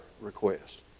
request